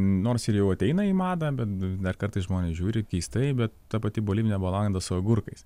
nors ir jau ateina į madą bet dar kartais žmonės žiūri keistai bet ta pati bolivinė balanda su agurkais